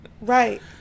right